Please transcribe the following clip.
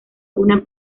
una